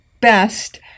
best